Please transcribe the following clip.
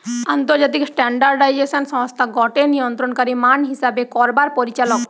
আন্তর্জাতিক স্ট্যান্ডার্ডাইজেশন সংস্থা গটে নিয়ন্ত্রণকারী মান হিসেব করবার পরিচালক